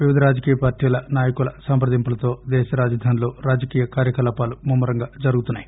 వివిధ రాజకీయ పార్టీల నాయకుల సంప్రదింపులతో దేశ రాజధానిలో రాజకీయ కార్యకలాపాలు ముమ్మ రంగా జరుగుతున్నాయి